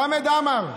חמד עמאר,